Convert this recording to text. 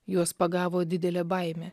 juos pagavo didelė baimė